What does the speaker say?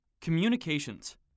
Communications